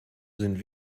sind